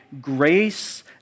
grace